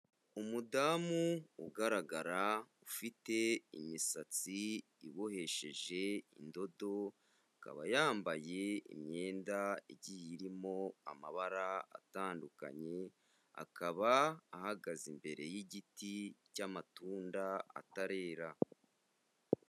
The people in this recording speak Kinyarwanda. Umudamu ugaragara ufite imisatsi ibohesheje indodo, akaba yambaye imyenda igiye irimo amabara atandukanye, akaba ahagaze imbere y'igiti cy'amatunda atarera.